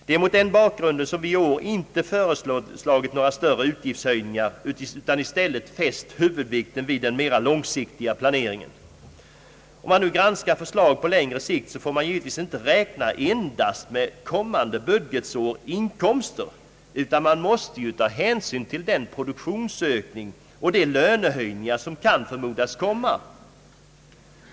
Det är mot den bakgrunden som vi i år inte föreslagit några större utgiftshöjningar utan i stället fäst huvudvikten vid den mera långsiktiga planeringen. Om man nu granskar förslag på längre sikt, så får man givetvis inte räkna endast med kommande budgetårs inkomster utan man måste ta hänsyn till den produktionsökning och de lönehöjningar som kan förmodas komma.